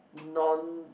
none